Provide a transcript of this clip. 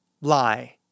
Lie